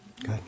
Good